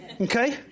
Okay